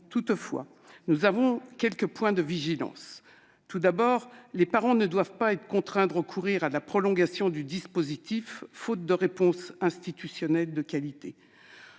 nous tenons à soulever quelques points qui méritent vigilance. Tout d'abord, les parents ne doivent pas être contraints de recourir à la prolongation du dispositif faute de réponses institutionnelles de qualité.